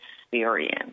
experience